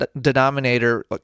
denominator